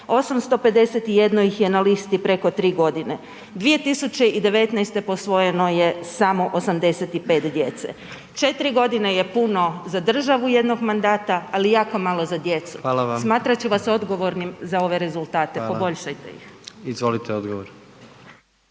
851 ih je na listi preko 3 godine. 2019. posvojeno je samo 85 djece. 4 godine je puno za državu jednog mandata, ali jako malo za djecu. .../Upadica: Hvala vam./... Smatrat ću vas odgovornim